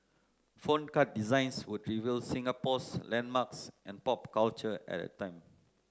phone card designs would reveal Singapore's landmarks and pop culture at that time